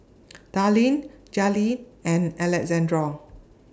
Darline Jaleel and Alexandro